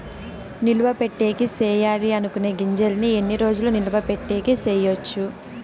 నిలువ పెట్టేకి సేయాలి అనుకునే గింజల్ని ఎన్ని రోజులు నిలువ పెట్టేకి చేయొచ్చు